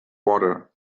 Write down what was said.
water